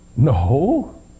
No